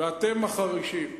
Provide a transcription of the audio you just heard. ואתם מחרישים.